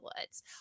woods